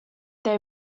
they